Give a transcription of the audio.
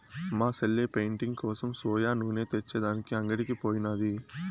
మా సెల్లె పెయింటింగ్ కోసం సోయా నూనె తెచ్చే దానికి అంగడికి పోయినాది